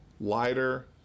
lighter